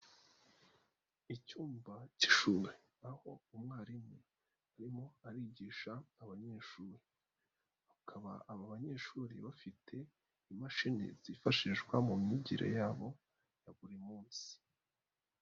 Icyumba k'ishuri aho umwarimu arimo abigisha abanyeshuri. Bakaba aba banyeshuri bafite imashini zifashishwa mu myigire yabo ya buri munsi.